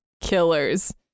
killers